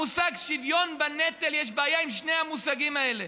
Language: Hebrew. המושג שוויון בנטל, יש בעיה עם שני המושגים האלה.